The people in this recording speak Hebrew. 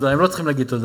אני לא רק אחפש מי הפריע,